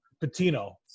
Patino